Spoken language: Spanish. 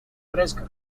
fresca